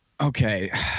Okay